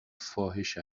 فاحش